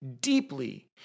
deeply